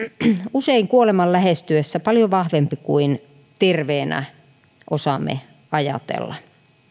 usein kuoleman lähestyessä paljon vahvempi kuin terveenä osaamme ajatella